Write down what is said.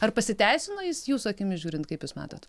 ar pasiteisino jis jūsų akimis žiūrint kaip jūs matot